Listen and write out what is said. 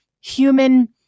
human